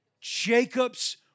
Jacob's